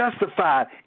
justified